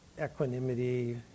equanimity